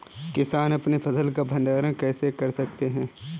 किसान अपनी फसल का भंडारण कैसे कर सकते हैं?